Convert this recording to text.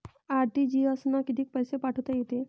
RTGS न कितीक पैसे पाठवता येते?